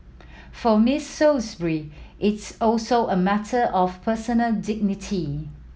for Miss Salisbury it's also a matter of personal dignity